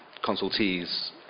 consultees